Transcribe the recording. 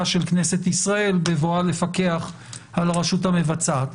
של כנסת ישראל בבואה לפקח על הרשות המבצעת.